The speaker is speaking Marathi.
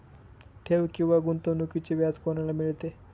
ठेव किंवा गुंतवणूकीचे व्याज कोणाला मिळते?